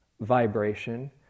vibration